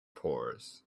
pours